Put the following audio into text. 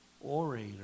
orator